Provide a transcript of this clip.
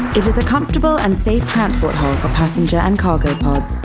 is a comfortable and safe transport hold for passenger and cargo pods.